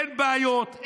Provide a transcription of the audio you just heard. אין בעיות,